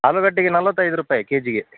ಆಲೂಗಡ್ಡೆಗೆ ನಲ್ವತ್ತೈದು ರೂಪಾಯಿ ಕೆ ಜಿಗೆ